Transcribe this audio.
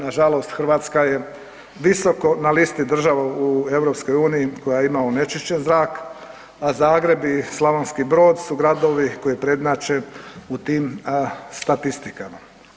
Na žalost Hrvatska je visoko na listi država u EU koja ima onečišćen zrak, a Zagreb i Slavonski Brod su gradovi koji prednjače u tim statistikama.